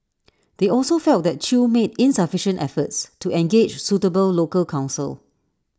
they also felt that chew made insufficient efforts to engage suitable local counsel